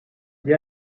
gli